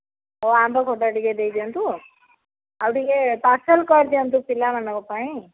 ହଉ ଆମ୍ବ ଖଟାଟା ଟିକେ ଦେଇଦିଅନ୍ତୁ ଆଉ ଟିକେ ପାର୍ସଲ୍ କରିଦିଅନ୍ତୁ ପିଲାମାନଙ୍କ ପାଇଁ